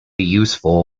useful